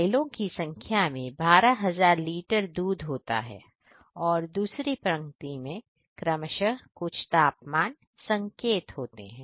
silo की संख्या में 12000 लीटर दूध होता है और दूसरी पंक्ति में क्रमशः कुछ तापमान संकेत होते हैं